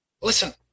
Listen